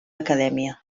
acadèmia